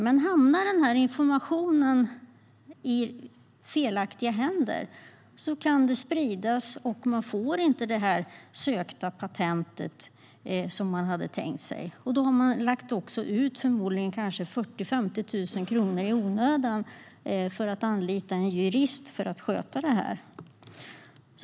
Men hamnar informationen i felaktiga händer kan den spridas, och man får inte det sökta patentet som man hade tänkt sig. Då har man förmodligen också lagt ut kanske 40 000-50 000 kronor i onödan för att anlita en jurist för att sköta det.